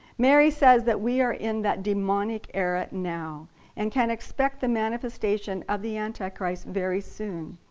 mary says that we are in that demonic era now and can expect the manifestation of the antichrist very soon.